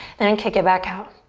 then and kick it back out.